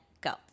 go